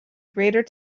greater